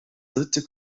dritte